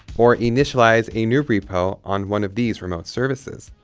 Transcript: or initialize a new repo on one of these remote services.